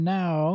now